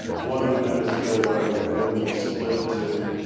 one of the men was killed right away. the other one was split in two.